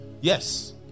yes